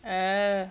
oh